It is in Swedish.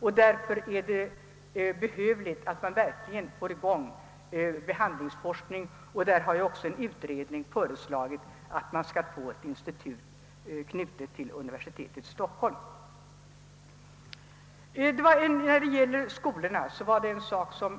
Därför är det verkligen behövligt att man får i gång en behandlingsforskning. En utredning har också föreslagit, att ett institut knutet till Stockholms universitet skall inrättas.